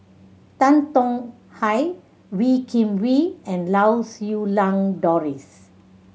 Tan Tong Hye Wee Kim Wee and Lau Siew Lang Doris